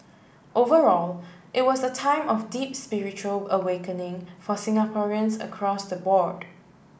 overall it was a time of deep spiritual awakening for Singaporeans across the board